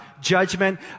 judgment